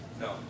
No